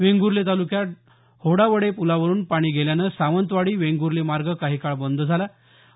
वेंगुर्ले तालुक्यात होडावडे पुलावरून पाणी गेल्याने सावंतवाडी वेंगुर्ले मार्ग काही काळ बंद झाला होता